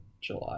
July